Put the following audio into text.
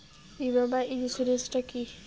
বিমা বা ইন্সুরেন্স টা কি?